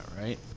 right